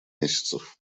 месяцев